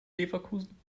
leverkusen